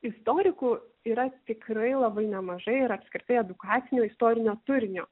istorikų yra tikrai labai nemažai ir apskritai edukacinio istorinio turinio